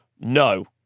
No